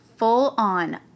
full-on